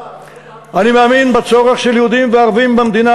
אני מאמין בצורך של יהודים וערבים במדינה